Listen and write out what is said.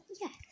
yes